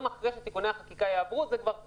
אחרי שתיקוני החקיקה יעברו זה כבר בסדר.